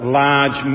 large